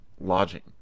lodging